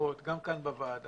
דברי התייחסות באופן כללי.